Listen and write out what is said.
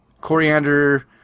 coriander